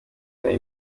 nari